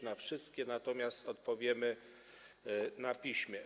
Na wszystkie natomiast odpowiemy na piśmie.